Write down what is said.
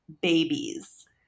babies